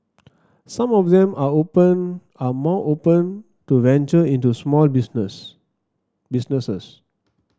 some of them are open are more open to venture into small business businesses